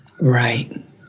Right